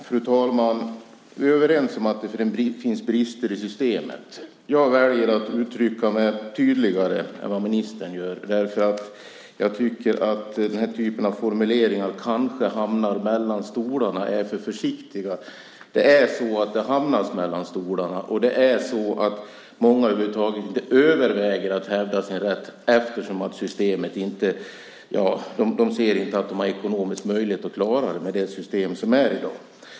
Fru talman! Vi är överens om att det finns brister i systemet. Jag väljer att uttrycka mig tydligare än vad ministern gör. Formuleringar av typen "kanske hamnar mellan stolarna" är för försiktiga. Det är så att det hamnar mellan stolarna. Många överväger över huvud taget inte att hävda sin rätt eftersom de inte ser att de har ekonomisk möjlighet att klara det med det system som finns i dag.